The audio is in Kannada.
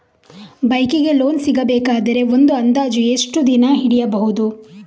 ಬೈಕ್ ಗೆ ಲೋನ್ ಸಿಗಬೇಕಾದರೆ ಒಂದು ಅಂದಾಜು ಎಷ್ಟು ದಿನ ಹಿಡಿಯಬಹುದು?